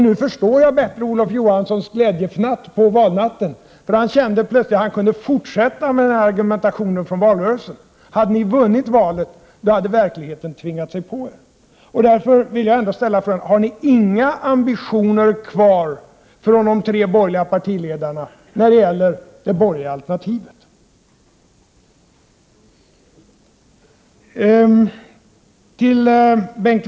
Nu förstår jag bättre Olof Johanssons glädjefnatt på valnatten. Han kände att han kunde fortsätta argumentationen från valrörelsen. Hade ni vunnit valet, då hade verkligheten tvingat sig på er. Jag vill därför ställa ytterligare en fråga: Har ni inga ambitioner kvar, ni tre borgerliga partiledare, när det gäller det borgerliga alternativet?